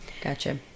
Gotcha